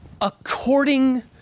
according